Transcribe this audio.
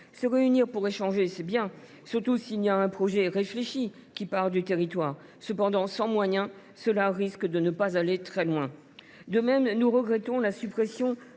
Se réunir pour échanger, c’est bien, surtout s’il y a un projet réfléchi qui part du territoire ; cependant, sans moyens, nous risquons de ne pas aller très loin. De même, nous regrettons la suppression